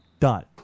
done